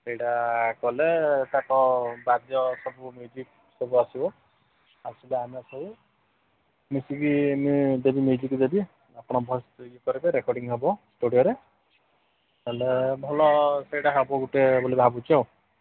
ସେଇଟା କଲେ ତାଙ୍କ ବାଦ୍ୟ ସବୁ ମ୍ୟୁଜିକ୍ ସବୁ ଆସିବ ଆସିବ ଆମେ ସବୁ ମିଶିକି ମୁଁ ଦେବି ମ୍ୟୁଜିକ୍ ଦେବି ଆପଣ ଭଏସ୍ ଇଏ କରିବେ ରେକର୍ଡ଼ିଂ ହେବ ଷ୍ଟୁଡ଼ିଓରେ ତାଲେ ଭଲ ସେଇଟା ହେବ ଗୁଟେ ବୋଲି ଭାବୁଛି ଆଉ